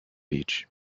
beach